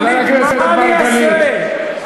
חבר הכנסת מרגלית, מה אני אעשה?